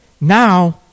Now